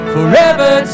Forever